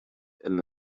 and